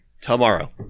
tomorrow